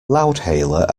loudhailer